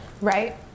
Right